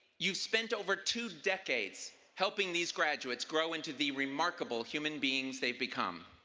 you've spent over two decades helping these graduates grow into the remarkable human beings they've become.